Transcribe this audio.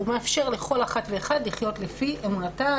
הוא מאפשר לכל אחת ואחד לחיות לפי אמונתה,